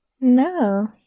no